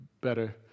better